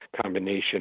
combination